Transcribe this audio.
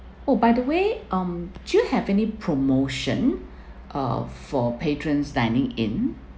oh by the way um do you have any promotion uh for patrons dining in